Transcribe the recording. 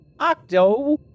Octo